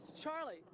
Charlie